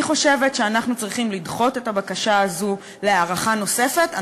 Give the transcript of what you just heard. אני חושבת שאנחנו צריכים לדחות את הבקשה להארכה נוספת,